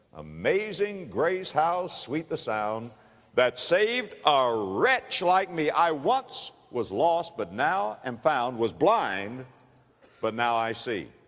amazing grace, how sweet the sound that saved a wretch like me i once was lost but now am found, was blind but now i see.